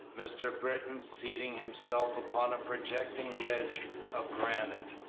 mr. britton seating himself upon a projecting ledge of granite,